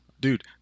Dude